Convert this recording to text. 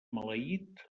maleït